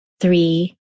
three